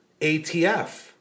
ATF